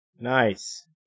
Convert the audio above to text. Nice